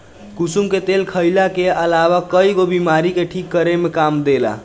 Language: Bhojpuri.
कुसुम के तेल खाईला के अलावा कईगो बीमारी के ठीक करे में काम देला